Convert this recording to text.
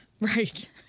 right